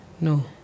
No